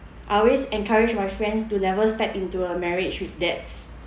I always encourage my friends to never step into a marriage with debts